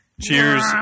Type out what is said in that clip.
Cheers